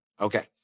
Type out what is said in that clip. Okay